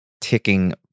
ticking